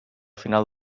final